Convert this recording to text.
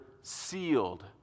sealed